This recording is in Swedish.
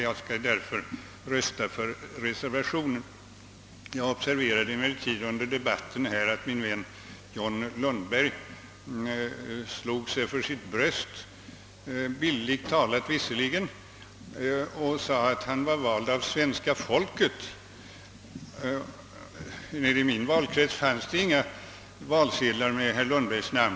Jag skall därför rösta för reservationen. Jag observerade emellertid under debatten att min vän John Lundberg slog sig för sitt bröst — bildligt talat, visserligen — och sade att han var vald av svenska folket. I min valkrets fanns det inga valsedlar med herr Lundbergs namn.